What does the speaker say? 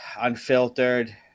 unfiltered